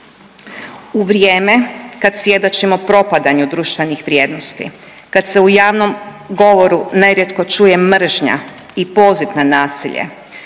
U vrijeme kad svjedočimo propadanju društvenih vrijednosti, kad se u javnom govoru nerijetko čuje mržnja i poziv na nasilje,